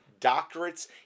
doctorates